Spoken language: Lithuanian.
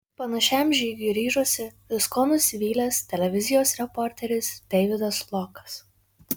panašiam žygiui ryžosi viskuo nusivylęs televizijos reporteris deividas lokas